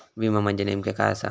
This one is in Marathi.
विमा म्हणजे नेमक्या काय आसा?